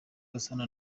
gasana